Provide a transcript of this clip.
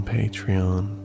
Patreon